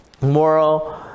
moral